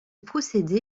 procédé